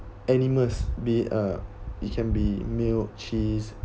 animals be uh it can be milk cheese